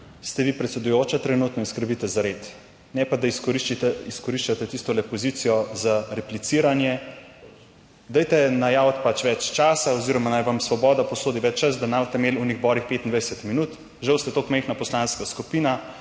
ste vi predsedujoča, trenutno skrbite za red, ne pa da izkoriščate tisto pozicijo za repliciranje. Dajte najaviti pač več časa oziroma naj vam Svoboda posodi ves čas, da ne boste imeli v oborih 25 minut. Žal ste tako majhna poslanska skupina,